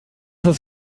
ist